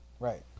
Right